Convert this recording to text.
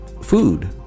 food